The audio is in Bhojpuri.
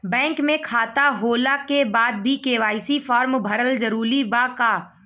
बैंक में खाता होला के बाद भी के.वाइ.सी फार्म भरल जरूरी बा का?